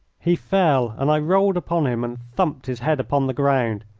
he fell, and i rolled upon him and thumped his head upon the ground.